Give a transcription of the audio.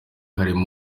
harimo